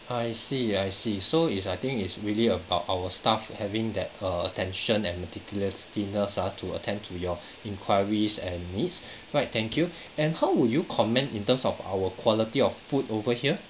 I see I see so it's I think it's really about our staff having that err attention and meticulous dinners ah to attend to your enquiries and needs right thank you and how would you comment in terms of our quality of food over here